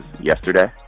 yesterday